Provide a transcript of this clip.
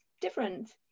different